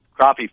crappie